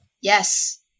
Yes